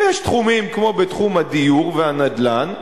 ויש תחומים כמו בתחום הדיור והנדל"ן,